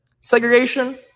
Segregation